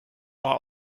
our